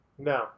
No